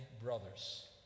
brothers